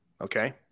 Okay